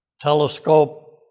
telescope